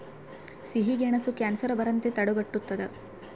ಸಿಹಿಗೆಣಸು ಕ್ಯಾನ್ಸರ್ ಬರದಂತೆ ತಡೆಗಟ್ಟುತದ